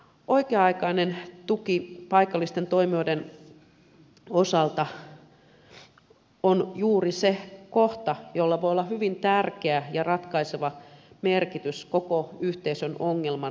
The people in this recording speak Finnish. oikea aikainen tuki paikallisten toimijoiden osalta on juuri se kohta jolla voi olla hyvin tärkeä ja ratkaiseva merkitys koko yhteisön ongelman ratkaisemisessa